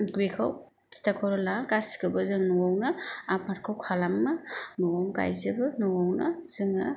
बेखौ थिथा खर'ला गासिखौबो जों न'आवनो आबादखौ खालामो न'आवनो गायजोबो न'आवनो जोङो